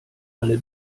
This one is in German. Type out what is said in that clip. alle